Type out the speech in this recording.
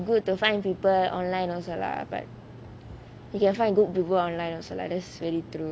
good to find people online also lah but you can find good people online also lah that's very true